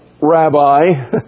Rabbi